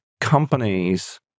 companies